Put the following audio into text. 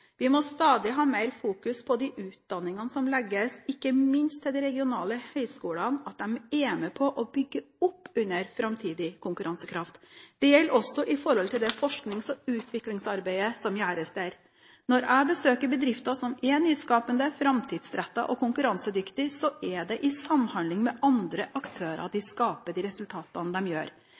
Vi må stadig fokusere mer på at de utdanningene som legges ikke minst til de regionale høgskolene, er med på å bygge opp under framtidig konkurransekraft. Det gjelder også det forsknings- og utviklingsarbeidet som gjøres der. Når jeg besøker bedrifter som er nyskapende, framtidsrettede og konkurransedyktige, vises det til at det er i samhandling med andre aktører de skaper resultatene.